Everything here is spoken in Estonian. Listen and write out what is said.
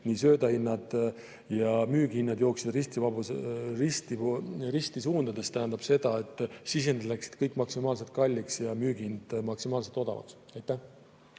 nii söödahinnad kui ka müügihinnad jooksid risti suundades. See tähendab seda, et sisendid läksid kõik maksimaalselt kalliks ja müügihind maksimaalselt odavaks. Heiki